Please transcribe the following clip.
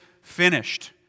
finished